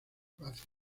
herbáceas